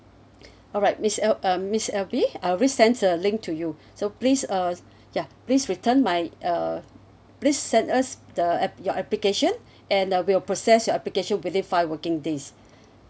alright miss al~ uh miss alby I'll resend uh link to you so please uh ya please return my uh please send us the app~ your application and I will process your application within five working days